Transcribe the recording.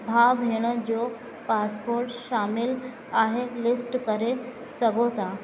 भाउ भेण जो पासपोर्ट शामिल आहे लिस्ट करे सघो था